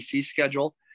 schedule